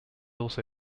also